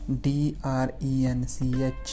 d-r-e-n-c-h